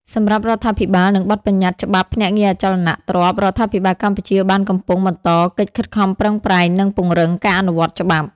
សម្រាប់រដ្ឋាភិបាល និងបទប្បញ្ញត្តិច្បាប់ភ្នាក់ងារអចលនទ្រព្យ រដ្ឋាភិបាលកម្ពុជាបានកំពុងបន្តកិច្ចខិតខំប្រឹងប្រែងនិងពង្រឹងការអនុវត្តច្បាប់។